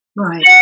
Right